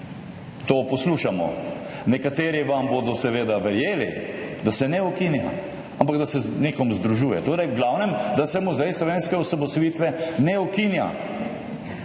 To poslušamo. Nekateri vam bodo seveda verjeli, da se ne ukinja, ampak da se z nekom združuje, v glavnem, da se Muzej slovenske osamosvojitve ne ukinja.